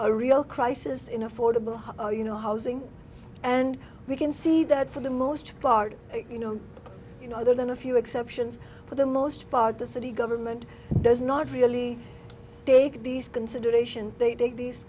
a real crisis in affordable you know housing and we can see that for the most part you know you know other than a few exceptions for the most part the city government does not really take these consideration they take these